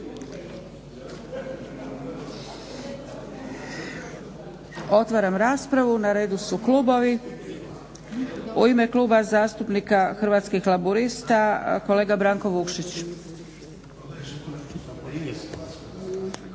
Otvaram raspravu. Na redu su klubovi. U ime Kluba zastupnika Hrvatskih laburista kolega Branko Vukšić.